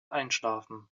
einschlafen